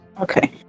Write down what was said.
Okay